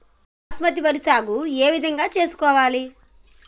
బాస్మతి వరి సాగు ఏ విధంగా చేసుకోవాలి?